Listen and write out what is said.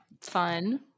Fun